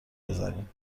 بزنیم